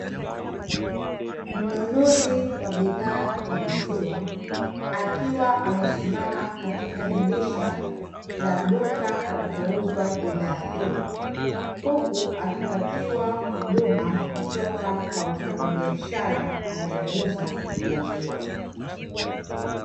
Mnunuzi wa bidhaa ya maziwa akiwa amesimama katika dirisha la duka panapouzwa bidhaa hiyo, huku akipatiwa huduma kutoka kwa mfanyabiashara anayeuza maziwa.